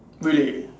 really